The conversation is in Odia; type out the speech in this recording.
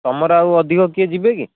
ତମର ଆଉ ଅଧିକ କିଏ ଯିବେ କି